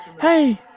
hey